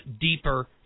deeper